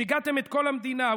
שיגעתם את כל המדינה.